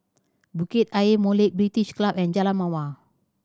Bukit Ayer Molek British Club and Jalan Mawar